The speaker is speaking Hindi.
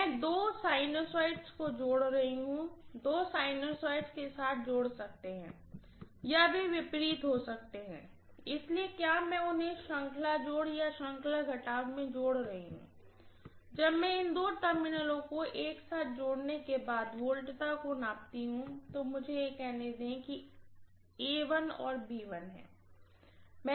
मैं दो साइनसोइड्स को जोड़ रही हूं दो साइनसोइड के साथ जोड़ सकते हैं या वे विपरीत हो सकते हैं इसलिए क्या मैं उन्हें श्रृंखला जोड़ या श्रृंखला घटाव में जोड़ रही हूं जब मैं इन दो टर्मिनलों को एक साथ जोड़ने के बाद वोल्टेज को मापता हूं तो मुझे यह कहने दें शायद है और यह है